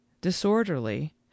disorderly